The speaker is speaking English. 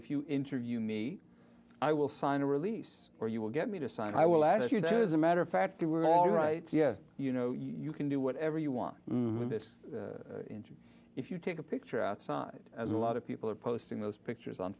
if you interview me i will sign a release or you will get me to sign i will address you that is a matter of fact you were all right yes you know you can do whatever you want with this if you take a picture outside a lot of people are posting those pictures on